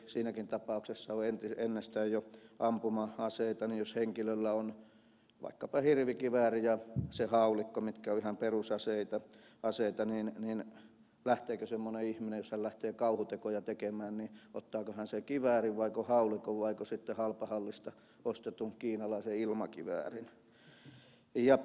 siinäkin tapauksessa jos on ennestään jo ampuma aseita jos henkilöllä on vaikkapa hirvikivääri ja se haulikko mitkä ovat ihan perusaseita niin ottaako semmoinen ihminen jos hän lähtee kauhutekoja tekemään sen kiväärin vaiko haulikon vaiko sitten halpahallista ostetun kiinalaisen ilmakiväärin